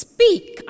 Speak